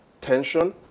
Tension